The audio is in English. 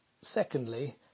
secondly